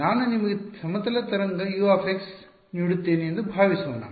ನಾನು ನಿಮಗೆ ಸಮತಲ ತರಂಗ U ನೀಡುತ್ತೇನೆ ಎಂದು ಭಾವಿಸೋಣ